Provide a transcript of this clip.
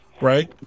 Right